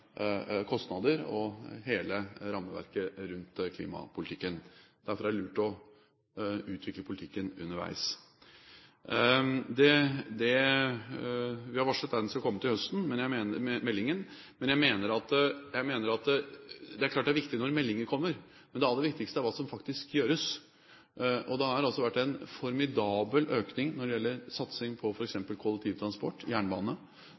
hele rammeverket rundt klimapolitikken. Derfor er det lurt å utvikle politikken undervegs. Det vi har varslet, er at meldingen skal komme til høsten. Det er klart det er viktig når meldingen kommer, men det aller viktigste er hva som faktisk gjøres. Og det har altså vært en formidabel økning når det gjelder satsing på f.eks. kollektivtransport, jernbane.